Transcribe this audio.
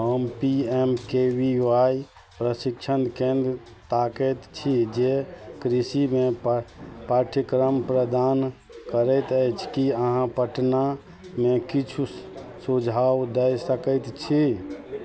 हम P M K V Y प्रशिक्षण केन्द्र ताकैत छी जे कृषिमे पा पाठ्यक्रम प्रदान करैत अछि कि अहाँ पटनामे किछु सुझाव दै सकै छी